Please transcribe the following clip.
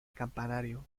campanario